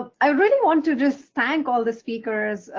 um i really want to just thank all the speakers,